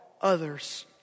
others